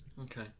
Okay